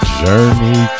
journey